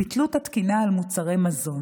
ביטלו את התקינה על מוצרי מזון.